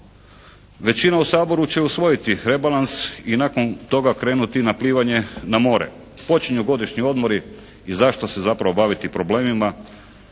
Većina u Saboru će usvojiti rebalans i nakon toga krenuti na plivanje na more. Počinju godišnji odmori i zašto se zapravo baviti problemima,